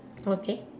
okay